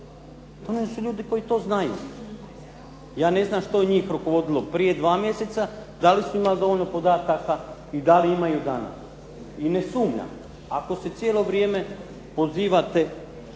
donose ljudi koji to znaju. Ja ne znam što je njih rukovodilo prije dva mjeseca, da li su imali dovoljno podataka i da li imaju danas i ne sumnjam ako se cijelo vrijeme pozivate